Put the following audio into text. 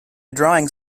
drawing